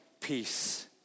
peace